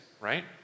right